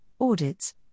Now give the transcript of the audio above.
audits